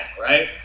right